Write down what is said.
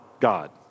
God